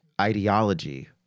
ideology